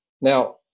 Now